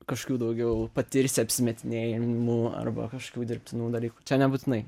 kažkokių daugiau patirsi apsimetinėjimų arba kažkokių dirbtinų dalykų čia nebūtinai